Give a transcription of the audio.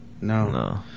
No